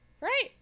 right